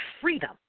freedom